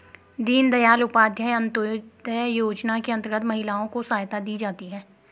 दीनदयाल उपाध्याय अंतोदय योजना के अंतर्गत महिलाओं को सहायता दी जाती है